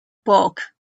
bulk